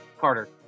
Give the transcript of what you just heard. Carter